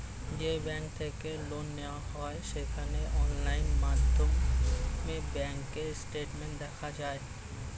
যেই ব্যাঙ্ক থেকে লোন নেওয়া হয় সেখানে অনলাইন মাধ্যমে ব্যাঙ্ক স্টেটমেন্ট দেখা যায়